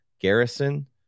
Garrison